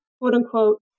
quote-unquote